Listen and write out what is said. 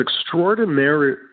extraordinary